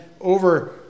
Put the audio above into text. over